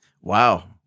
Wow